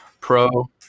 Pro